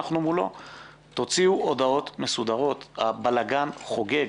תוציאו הוראות מסודרות, הבלגן חוגג.